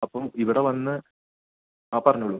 അപ്പം ഇവിടെ വന്ന് ആ പറഞ്ഞോളൂ